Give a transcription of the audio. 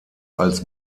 als